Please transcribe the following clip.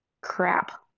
crap